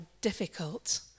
difficult